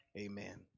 Amen